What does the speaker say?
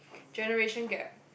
generation gap